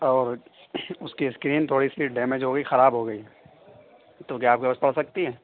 اور اس کی اسکرین تھوڑی سی ڈیمج ہو گئی خراب ہو گئی ہے تو کیا آپ کے پاس پڑ سکتی ہے